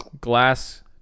glass